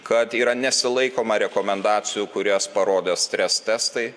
kad yra nesilaikoma rekomendacijų kurias parodo stres testai